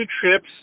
trips